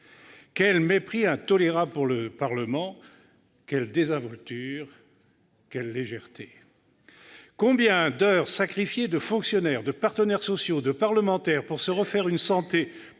Quel mépris intolérable pour le Parlement, quelle désinvolture, quelle légèreté ! Combien d'heures sacrifiées de fonctionnaires, de partenaires sociaux, de parlementaires pour se refaire une santé